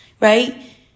Right